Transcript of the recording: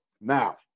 Now